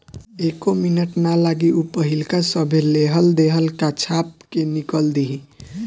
एक्को मिनट ना लागी ऊ पाहिलका सभे लेहल देहल का छाप के निकल दिहि